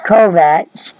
Kovacs